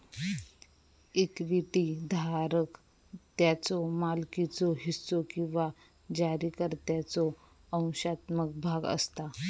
equity धारक त्याच्यो मालकीचो हिस्सो किंवा जारीकर्त्याचो अंशात्मक भाग असता